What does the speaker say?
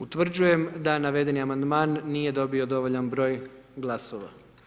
Utvrđujem da navedeni Amandman nije dobio dovoljan broj glasova.